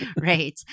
Right